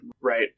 Right